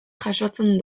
jasotzen